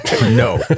No